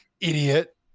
idiot